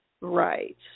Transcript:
Right